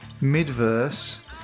mid-verse